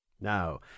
Now